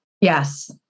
Yes